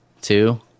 two